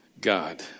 God